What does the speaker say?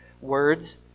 words